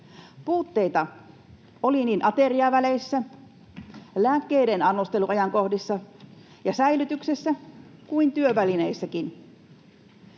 Puutteita oli niin ateriaväleissä, lääkkeiden annosteluajankohdissa ja säilytyksessä kuin työvälineissäkin.